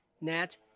Nat